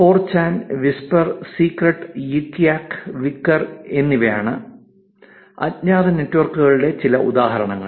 4ചാൻ Whisper secret യിക് യാക് wicker 4chan Whisper Secret Yik Yak Vikr എന്നിവയാണ് അജ്ഞാത നെറ്റ്വർക്കുകളുടെ ചില ഉദാഹരണങ്ങൾ